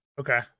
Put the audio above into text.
okay